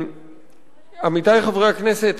עמיתי חברי הכנסת,